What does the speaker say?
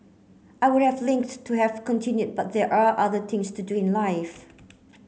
I would have linked to have continued but there are other things to do in life